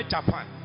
Japan